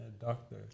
doctor